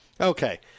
Okay